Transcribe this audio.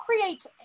creates